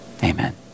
Amen